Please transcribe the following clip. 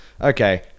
Okay